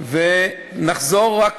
ונחזור רק